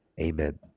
Amen